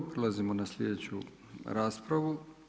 Prelazimo na sljedeću raspravu.